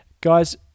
guys